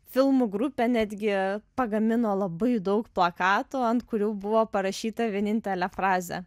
filmų grupė netgi pagamino labai daug plakatų ant kurių buvo parašyta vienintelė frazė